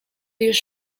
już